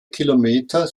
kilometer